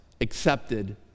accepted